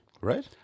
right